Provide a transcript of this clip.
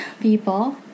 people